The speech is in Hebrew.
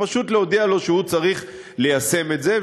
פשוט להודיע לו שהוא צריך ליישם את זה,